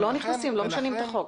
לא משנים את החוק.